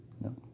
No